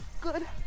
good